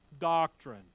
doctrine